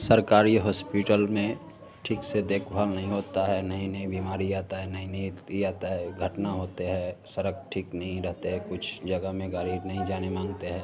सरकारी होस्पिटल में ठीक से देखभाल नहीं होता है नई नई बीमारी आता है नई नई इ आता है घटना होता है सरक ठीक रहता है कुछ जगह में गाड़ी नहीं जाने मांगता है